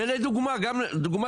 ולדוגמא, דוגמא